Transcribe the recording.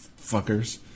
fuckers